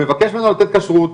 מבקש ממנו לתת כשרות,